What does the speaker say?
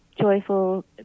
joyful